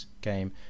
game